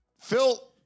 Phil